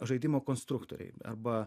žaidimo konstruktoriai arba